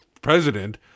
president